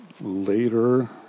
later